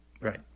right